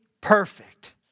perfect